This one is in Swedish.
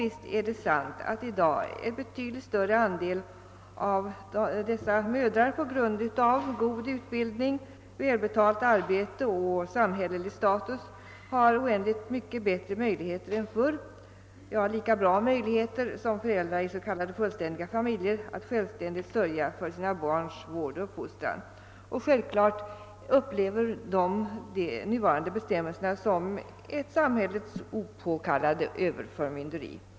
Visst är det sant att en betydligt större andel av de ogifta mödrarna på grund av god utbildning, välbetalt arbete och samhällelig status har oändligt mycket bättre möjligheter än förr — ja, lika bra möjligheter som föräldrar i s.k. fullständiga familjer — att självständigt sörja för sina barns vård och uppfostran. Självfallet upplever de nuvarande bestämmelser som ett samhällets opåkallade överförmynderi.